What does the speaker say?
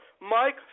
Mike